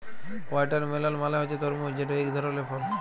watermelon মালে হছে তরমুজ যেট ইক ধরলের ফল